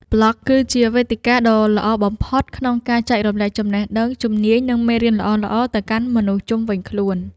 ប្លក់គឺជាវេទិកាដ៏ល្អបំផុតក្នុងការចែករំលែកចំណេះដឹង ជំនាញ និងមេរៀនល្អៗទៅកាន់មនុស្សជុំវិញខ្លួន។